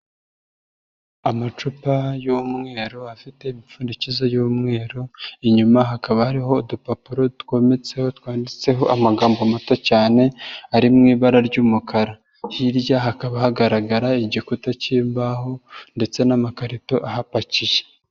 Amacupa y'umweru afite imipfundikizo y'umweru inyuma hakaba hariho udupapuro twometseho twanditseho amagambo mato cyane, ari mu ibara ry'umukara. Hirya hakaba hagaragara igikuta k'imbaho ndetse n'amakarito ahapakiye.